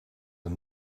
een